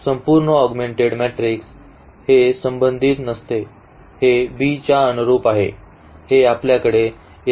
संपूर्ण augmented matrix हे संबंधित नसते हे b च्या अनुरुप आहे हे आपल्याकडे येथे आहे